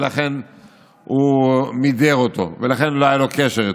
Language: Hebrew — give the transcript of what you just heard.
ולכן הוא מידר אותו ולא היה לו קשר איתו.